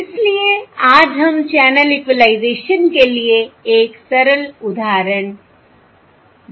इसलिए आज हम चैनल इक्विलाइजेशन के लिए एक सरल उदाहरण देखते हैं